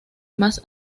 más